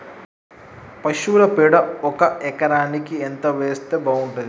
పశువుల పేడ ఒక ఎకరానికి ఎంత వేస్తే బాగుంటది?